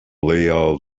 leo